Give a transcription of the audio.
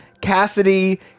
Cassidy